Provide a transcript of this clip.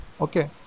Okay